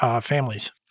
families